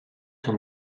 too